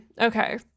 Okay